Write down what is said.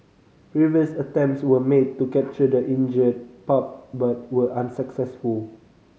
previous attempts were made to capture the injured pup but were unsuccessful